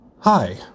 Hi